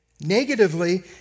negatively